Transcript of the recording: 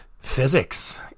Physics